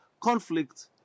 conflict